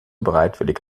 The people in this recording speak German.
bereitwillig